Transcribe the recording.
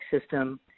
system